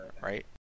Right